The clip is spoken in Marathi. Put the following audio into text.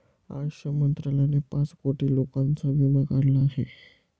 आयुष मंत्रालयाने पाच कोटी लोकांचा विमा काढला आहे